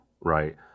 right